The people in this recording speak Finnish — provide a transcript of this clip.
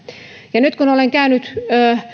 olen käynyt